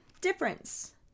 difference